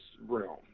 realm